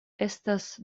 estas